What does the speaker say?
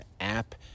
app